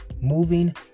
Moving